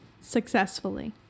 Successfully